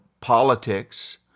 politics